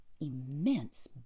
immense